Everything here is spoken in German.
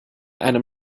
einem